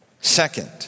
Second